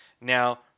Now